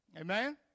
Amen